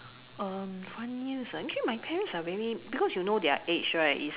um funniest ah actually my parents are very because you know their age right it's